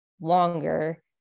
longer